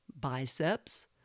biceps